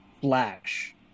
flash